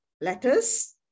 letters